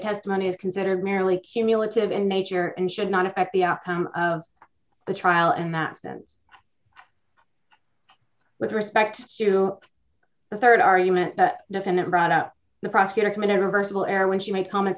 testimony is considered merely cumulative in nature and should not affect the outcome of the trial in that sense with respect to the rd argument defendant brought up the prosecutor committed reversible error when she made comments